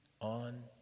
on